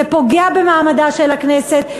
זה פוגע במעמדה של הכנסת,